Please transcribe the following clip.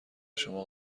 شما